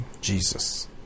Jesus